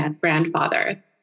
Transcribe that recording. grandfather